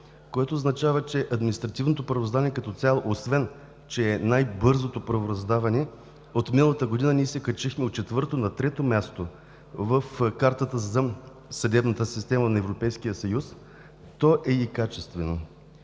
което означава, че административното правораздаване като цяло, освен че е най-бързото правораздаване, от миналата година ние се качихме от четвърто на трето място в картата за съдебната система на Европейския съюз, то е и качествено.